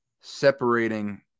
separating